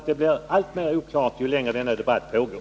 Det blir oklarare ju längre den här debatten pågår.